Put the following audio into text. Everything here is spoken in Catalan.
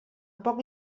poc